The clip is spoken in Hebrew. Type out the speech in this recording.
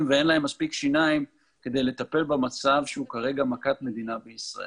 ואין להם מספיק שיניים כדי לטפל במצב שכרגע הוא מכת מדינה בישראל.